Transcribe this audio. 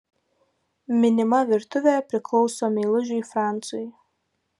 minima virtuvė priklauso meilužiui francui